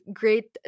great